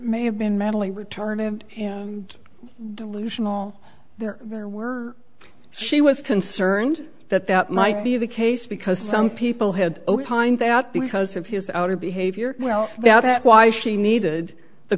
may have been mentally retarded and delusional there there were she was concerned that that might be the case because some people had opined that because of his outer behavior well now that why she needed the